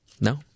No